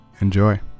Enjoy